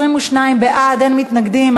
22 בעד, אין מתנגדים.